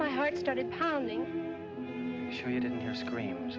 my heart started pounding scream